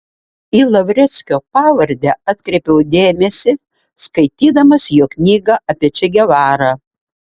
į lavreckio pavardę atkreipiau dėmesį skaitydamas jo knygą apie če gevarą